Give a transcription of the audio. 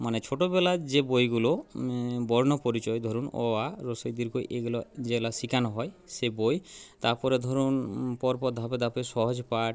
মানে ছোটোবেলার যে বইগুলো বর্ণপরিচয় ধরুন অ আ ই ঈ এইগুলো যেগুলা শেখানো হয় সেই বই তারপরে ধরুন পরপর ধাপে ধাপে সহজপাঠ